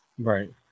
Right